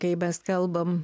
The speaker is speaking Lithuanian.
kai mes kalbam